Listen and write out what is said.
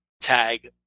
tag